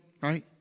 right